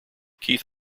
keith